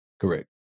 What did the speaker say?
Correct